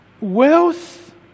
wealth